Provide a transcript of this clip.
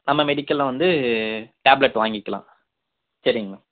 நம்ம மெடிக்கலில் வந்து டேப்லெட் வாங்கிக்கலாம் சரிங்களா